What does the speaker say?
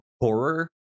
horror